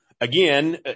again